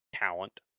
talent